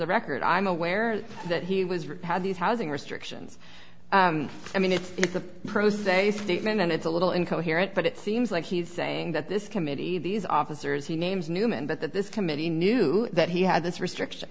the record i'm aware that he was repaired these housing restrictions i mean it's a pro se statement and it's a little incoherent but it seems like he's saying that this committee these officers he names newman but that this committee knew that he had this restriction